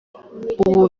ubu